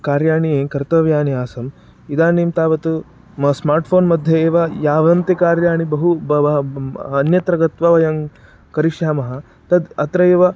कार्याणि कर्तव्यानि आसन् इदानीं तावत् म स्मार्ट् फ़ोन्मध्ये एव यावन्ति कार्याणि बहु बव ब अन्यत्र गत्वा वयं करिष्यामः तद् अत्रैव